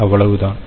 அவ்வளவு தான்